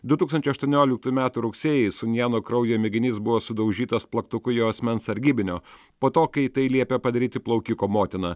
du tūkstančiai aštuonioliktųjų metų rugsėjį sun jano kraujo mėginys buvo sudaužytas plaktuku jo asmens sargybinio po to kai tai liepė padaryti plaukiko motina